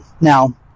Now